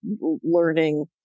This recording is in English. learning